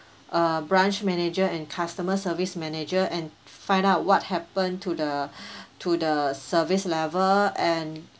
uh branch manager and customer service manager and find out what happened to the to the service level